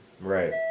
Right